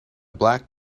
black